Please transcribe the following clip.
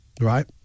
right